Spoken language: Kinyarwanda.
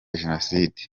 jenoside